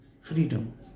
freedom